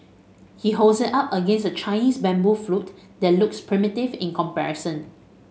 he holds it up against a Chinese bamboo flute that looks primitive in comparison